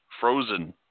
Frozen